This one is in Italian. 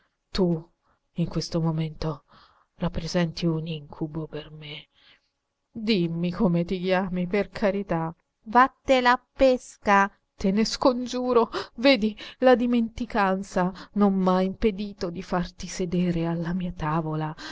tu in questo momento rappresenti un incubo per me dimmi come ti chiami per carità vattelapesca te ne scongiuro vedi la dimenticanza non m'ha impedito di farti sedere alla mia tavola